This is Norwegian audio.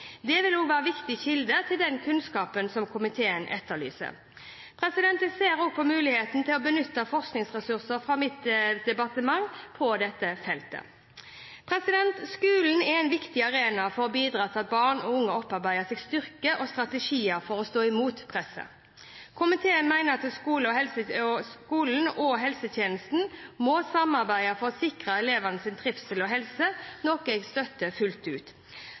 Det vil også være viktige kilder til den kunnskap komiteen etterlyser. Jeg ser også på muligheten for å benytte forskningsressurser fra mitt departement på dette feltet. Skolen er en viktig arena for å bidra til at barn og unge opparbeider seg styrke og strategier for å stå imot presset. Komiteen mener skolen og helsetjenesten må samarbeide for å sikre elevenes trivsel og helse, noe jeg støtter fullt ut.